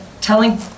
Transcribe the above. telling